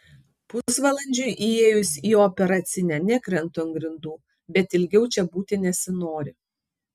pusvalandžiui įėjus į operacinę nekrentu ant grindų bet ilgiau čia būti nesinori